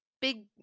big